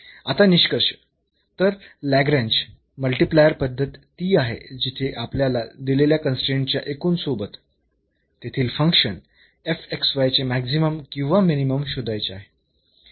आता निष्कर्ष तर लाग्रेन्ज मल्टिप्लायर पद्धत ती आहे जिथे आपल्याला दिलेल्या कन्स्ट्रेन्टच्या एकूण सोबत येथील फंक्शन चे मॅक्सिमम किंवा मिनिमम शोधायचे आहे